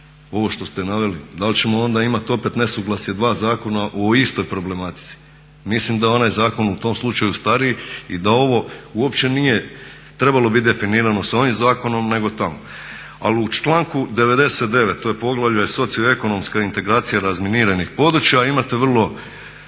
ovo što ste naveli? Da li ćemo onda imati opet nesuglasje dva zakona o istoj problematici? Mislim da je onaj zakon u tom slučaju stariji i da ovo uopće nije trebalo biti definirano s ovim zakonom nego tamo. Ali u članku 99.to je poglavlje socio-ekonomska integracija razminiranih područja, imate vrlo